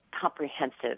comprehensive